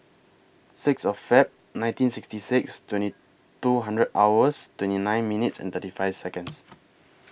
Sixth of Feb nineteen sixty six twenty two hours twenty nine minutes and thirty five Seconds